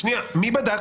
מי בדק?